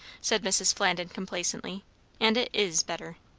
said mrs. flandin complacently and it is better.